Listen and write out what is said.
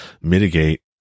mitigate